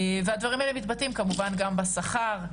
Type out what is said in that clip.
והדברים האלה מתבטאים כמובן גם בשכר,